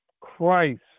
Christ